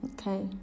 okay